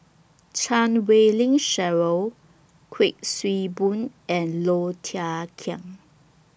Chan Wei Ling Cheryl Kuik Swee Boon and Low Thia Khiang